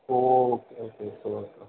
ഓ okay okay ആ